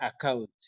account